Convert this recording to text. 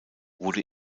wurde